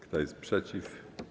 Kto jest przeciw?